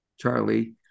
Charlie